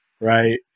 Right